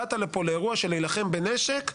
באת לפה לאירוע של להילחם בנשק,